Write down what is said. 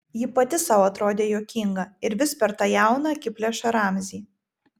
ji pati sau atrodė juokinga ir vis per tą jauną akiplėšą ramzį